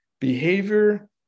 behavior